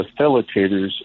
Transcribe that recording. facilitators